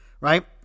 right